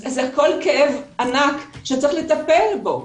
זה כול כאב ענק שצריך לטפל בו.